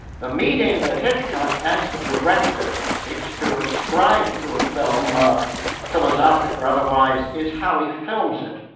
the meaning that hitchcock, as the director, seeks to ascribe to a film, ah philosophic or otherwise, is how he films it.